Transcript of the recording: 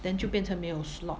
then 就变成没有 slot